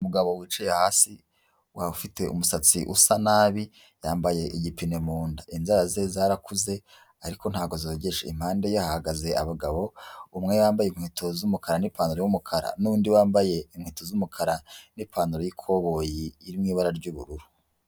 Umugabo wicaye hasi ufite umusatsi usa nabi yambaye igipine mu nda inza ze zarakuze ariko ntabwo zogeje impande ye hahagaze abagabo umwe yambaye inkweto z'umukara nipantaro y'umukara n'undi wambaye inkweto z'umukara n'pantaro y'ikoboyi iri mu ibara ry'ubururu.